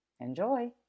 Enjoy